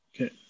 Okay